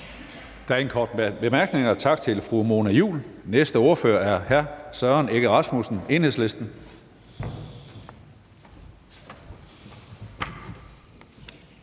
Der er ingen korte bemærkninger. Tak til fru Mona Juul. Den næste ordfører er hr. Søren Egge Rasmussen, Enhedslisten.